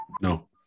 No